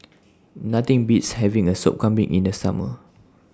Nothing Beats having A Sup Kambing in The Summer